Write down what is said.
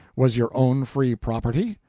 was your own free property?